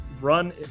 run